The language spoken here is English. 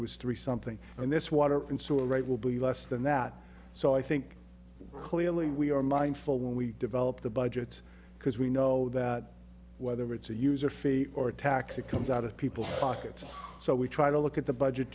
it was three something and this water and so right will be less than that so i think clearly we are mindful when we develop the budgets because we know that whether it's a user fee or tax it comes out of people's pockets so we try to look at the budget